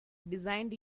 designed